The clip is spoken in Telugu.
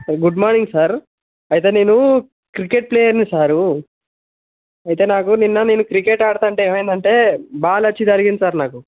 గుడ్ మార్నింగ్ సర్ అయితే నేను క్రికెట్ ప్లేయర్నీ సారూ అయితే నాకు నిన్న నేను క్రికెట్ ఆడుతుంటే ఏమైందంటే బాల్ వచ్చి తగిలింది సర్ నాకు